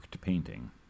painting